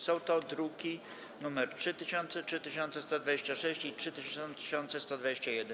Są to druki nr 3000, 3126 i 3121.